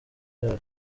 yayo